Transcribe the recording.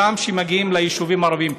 גם כשמגיעים ליישובים הערביים,